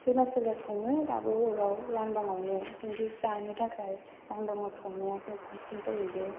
सोरबा सोरबा सङो दाबो अराव लांदांआवनो खिन्थु जानो थाखाय लांदांआव संनायासो साबसिन जायो दे